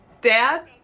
Dad